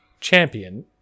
champion